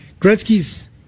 Gretzky's